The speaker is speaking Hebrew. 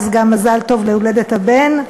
אז גם מזל טוב להולדת הבן,